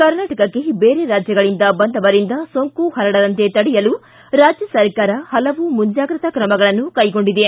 ಕರ್ನಾಟಕಕ್ಕೆ ಬೇರೆ ರಾಜ್ಯಗಳಿಂದ ಬಂದವರಿಂದ ಸೋಂಕು ಪರಡದಂತೆ ತಡೆಯಲು ರಾಜ್ಯ ಸರ್ಕಾರ ಪಲವು ಮುಂಜಾಗ್ರತಾ ಕ್ರಮಗಳನ್ನು ಕೈಗೊಂಡಿದೆ